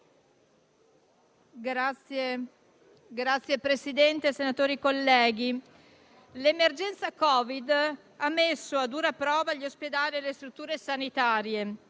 Signor Presidente, colleghi senatori, l'emergenza Covid ha messo a dura prova gli ospedali e le strutture sanitarie